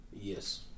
Yes